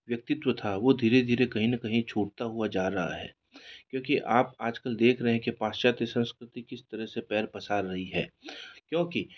व्यक्तित्व था वह धीरे धीरे कहीं ना कहीं छूटता हुआ जा रहा है क्योंकि आप आजकल देख रहे हैं कि पाश्चात्य संस्कृति किस तरह से पैर पसार रही है क्योंकि